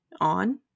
on